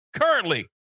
Currently